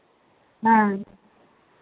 ᱦᱮᱸ